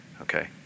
Okay